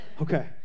Okay